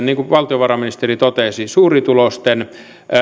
niin kuin valtiovarainministeri totesi suurituloisten